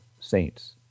Saints